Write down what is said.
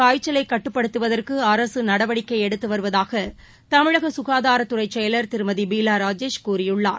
காய்ச்சலைகட்டுப்படுத்துவதற்குஅரசுநடவடிக்கைஎடுத்துவருவதாகதமிழகசுகாதாரத் தமிழகத்தில் துறைசெயலர் திருமதிபீலாராஜேஷ் கூறியுள்ளார்